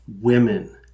Women